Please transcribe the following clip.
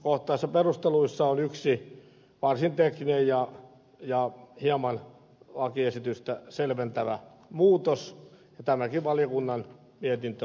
yksityiskohtaisissa perusteluissa on yksi varsin tekninen ja hieman lakiesitystä selventävä muutos ja tämäkin valiokunnan mietintö on yksimielinen